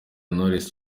knowless